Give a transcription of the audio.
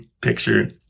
picture